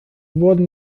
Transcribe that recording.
wurden